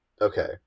Okay